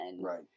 Right